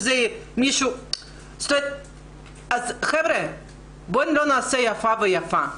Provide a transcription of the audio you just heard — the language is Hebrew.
אז חבר'ה בואו לא נעשה איפה ואיפה.